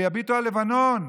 שיביטו על לבנון,